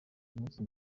munsi